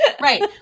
right